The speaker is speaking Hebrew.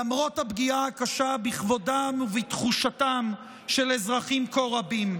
למרות הפגיעה הקשה בכבודם ובתחושתם של אזרחים כה רבים.